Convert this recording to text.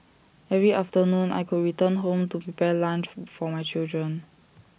every afternoon I could return home to prepare lunch for my children